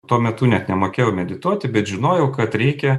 tuo metu net nemokėjau medituoti bet žinojau kad reikia